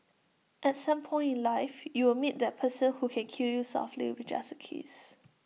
at some point in life you will meet that person who can kill you softly with just A kiss